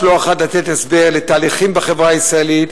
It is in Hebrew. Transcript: לא אחת לתת הסבר לתהליכים בחברה הישראלית,